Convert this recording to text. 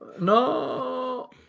No